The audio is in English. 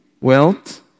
wealth